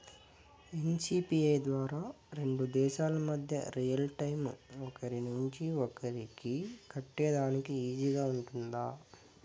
NCPI ద్వారా రెండు దేశాల మధ్య రియల్ టైము ఒకరి నుంచి ఒకరికి కట్టేదానికి ఈజీగా గా ఉంటుందా?